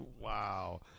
Wow